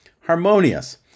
Harmonious